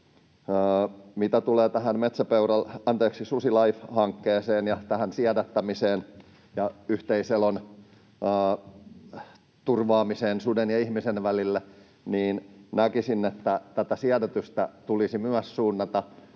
Mitä tulee tähän SusiLIFE-hankkeeseen ja tähän siedättämiseen ja yhteiselon turvaamiseen suden ja ihmisen välillä, niin näkisin, että tätä siedätystä tulisi suunnata